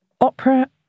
Opera